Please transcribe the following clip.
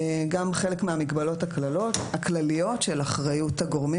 גם חלק מהמגבלות הכלליות של אחריות הגורמים